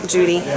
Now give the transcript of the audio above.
Judy